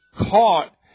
caught